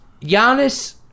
Giannis